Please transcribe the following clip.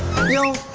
really